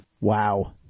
Wow